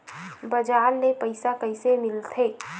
बजार ले पईसा कइसे मिलथे?